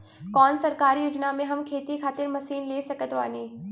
कौन सरकारी योजना से हम खेती खातिर मशीन ले सकत बानी?